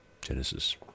Genesis